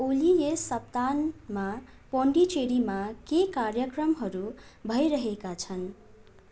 ओली यस सप्ताहमा पोन्डिचेरीमा के कार्यक्रमहरू भइरहेका छन्